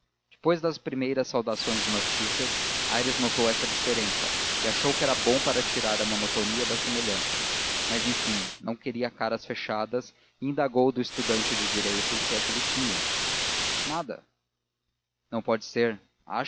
depois das primeiras saudações e notícias aires notou essa diferença e achou que era bom para tirar a monotonia da semelhança mas enfim não queria caras fechadas e indagou do estudante de direito o que é que ele tinha nada não pode ser